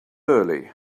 early